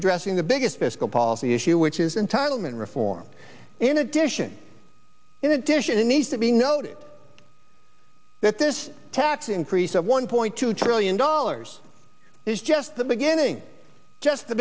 addressing the biggest this go policy issue which is entitlement reform in addition in addition it needs to be noted that this tax increase of one point two trillion dollars is just the beginning just the